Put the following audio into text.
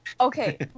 Okay